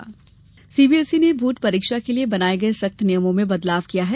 CBSE CBSE ने board परीक्षा के लिये बनाये सख्त नियमों में बदलाव किया है